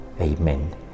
Amen